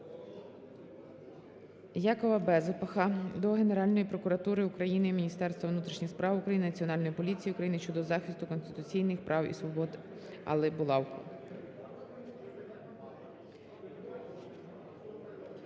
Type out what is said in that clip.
Якова Безбаха до Генеральної прокуратури України, Міністерства внутрішніх справ України, Національної поліції України щодо захисту конституційних прав і свобод Алли Булавко.